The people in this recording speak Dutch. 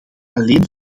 alleen